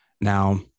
Now